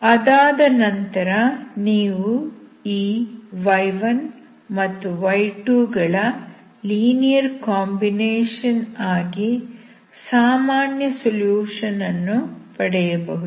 ಅದಾದ ನಂತರ ನೀವು ಈ y1 ಮತ್ತು y2 ಗಳ ಲೀನಿಯರ್ ಕಾಂಬಿನೇಷನ್ ಆಗಿ ಸಾಮಾನ್ಯ ಸೊಲ್ಯೂಷನ್ ಅನ್ನು ಪಡೆಯಬಹುದು